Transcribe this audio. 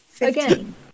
Again